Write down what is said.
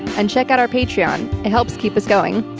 and check out our patreon. it helps keep us going.